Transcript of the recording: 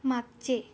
मागचे